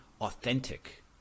authentic